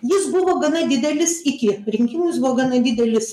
jis buvo gana didelis iki rinkimų jis buvo gana didelis